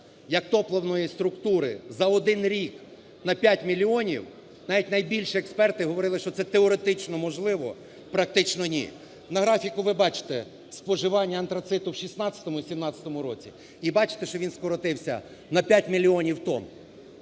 як топливної структури за один рік на 5 мільйонів, навіть найбільші експерти говорили, що це теоретично можливо, практично ні. На графіку ви бачите споживання антрациту в 16-му і 17-му році і бачите, що він скоротився на 5 мільйонів тонн.